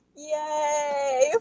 Yay